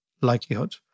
likelihood